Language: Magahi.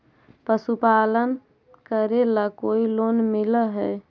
पशुपालन करेला कोई लोन मिल हइ?